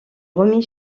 remis